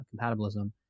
compatibilism